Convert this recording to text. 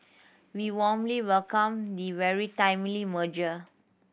we warmly welcome the very timely merger